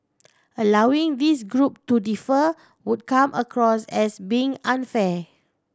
allowing this group to defer would come across as being unfair